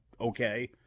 okay